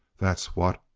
that's what,